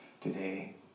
today